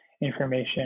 information